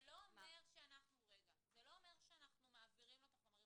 זה לא אומר שאנחנו מעבירים לו את החומרים.